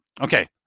okay